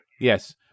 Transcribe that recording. yes